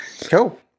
Cool